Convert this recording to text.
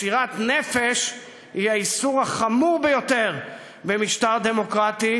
מסירת נפש היא האיסור החמור ביותר במשטר דמוקרטי,